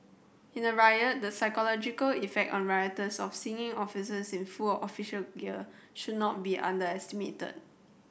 in a riot the psychological effect on rioters of seeing officers in full or official gear should not be underestimated